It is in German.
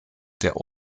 der